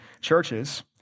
churches